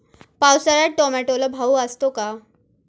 पावसाळ्यात टोमॅटोला भाव असतो का?